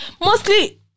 mostly